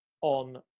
on